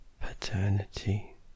paternity